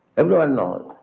everyone knows.